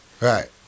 Right